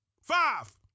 Five